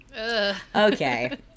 okay